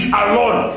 alone